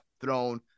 thrown